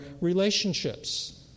relationships